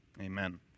Amen